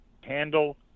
handle